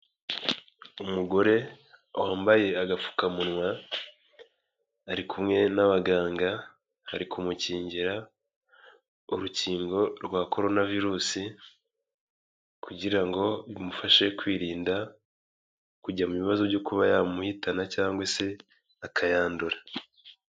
Umugore wambaye agapfukamunwa ari kumwe n'abaganga, bari kumukingira urukingo rwa Korona virusi kugira ngo bimufashe kwirinda kujya mu bibazo byo kuba yamuhitana cyangwa se akayandura.